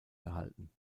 gehalten